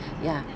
ya